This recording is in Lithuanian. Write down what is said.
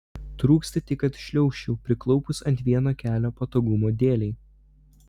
trūksta tik kad šliaužčiau priklaupus ant vieno kelio patogumo dėlei